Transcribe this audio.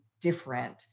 different